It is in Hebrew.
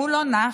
הוא לא נח